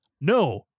no